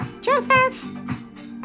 Joseph